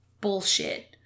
bullshit